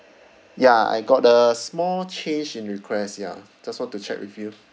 ya I got a small change in request ya just want to check with you